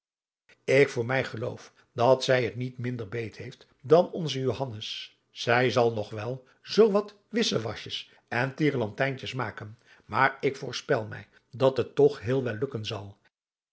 ik voor mij geloof dat zij het niet minder beet heeft dan onze johannes zij zal nog wel zoo wat wisjewasjes en tierlantijntjes maken maar ik voorspel mij dat het toch heel wel lukken zal